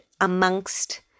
amongst